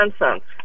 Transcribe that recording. nonsense